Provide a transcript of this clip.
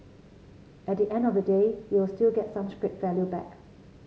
at the end of the day you'll still get some scrap value back